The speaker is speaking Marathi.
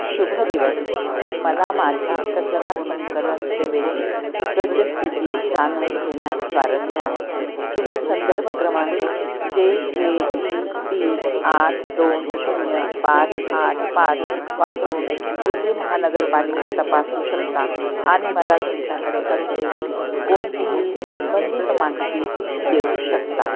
शुभ दिवस मला माझ्या कचरा संकलन सेवेची सद्यस्थिती जाणून घेण्यात स्वारस्य आहे तुम्ही संदर्भ क्रमांक जे के ई बी आठ दोन शून्य पाच आठ पाच वापरून दिल्ली महानगरपालिका तपासू शकता आणि मला तुमच्याकडे असलेली कोणतीही संबंधित माहिती देऊ शकता